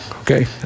okay